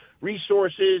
resources